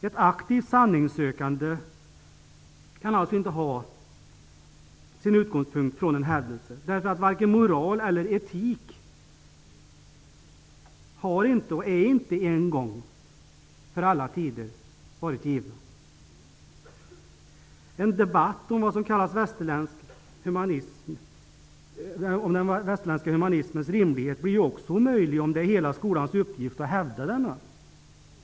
Ett aktivt sanningssökande kan inte ha sin utgångspunkt i en hävdelse, eftersom varken moral eller etik är givna en gång för alla tider. En debatt om den västerländska humanismens rimlighet blir omöjlig om det är skolans uppgift att hävda denna.